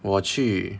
我去